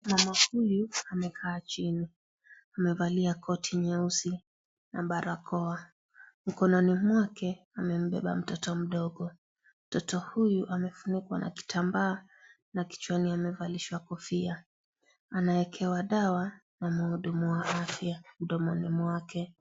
Mama huyu amekaa chini, amevalia koti nyeusi na barakoa. Mkononi mwake, amembeba mtoto mdogo. Mtoto huyu amefunikwa na kitambaa na kichwani amevalishwa kofia. Anaekewa dawa na mhudumu wa afya mdomoni mwake.